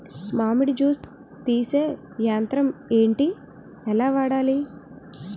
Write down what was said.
మామిడి జూస్ తీసే యంత్రం ఏంటి? ఎలా వాడాలి?